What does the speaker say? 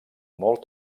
molt